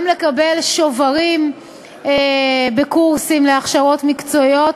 גם לקבל שוברים לקורסים להכשרות מקצועיות